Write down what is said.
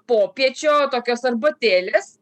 popiečio tokios arbatėlės